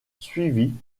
suivie